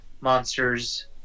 Monsters